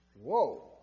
Whoa